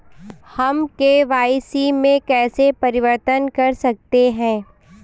हम के.वाई.सी में कैसे परिवर्तन कर सकते हैं?